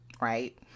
right